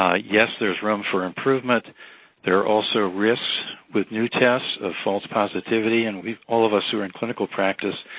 ah yes, there's room for improvement there are also risks with new tests of false positivity, and all of us who are in clinical practice,